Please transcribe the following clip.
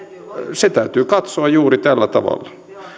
se täytyy katsoa juuri tällä tavalla